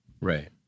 Right